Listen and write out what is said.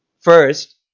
first